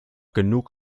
genug